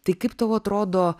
tai kaip tau atrodo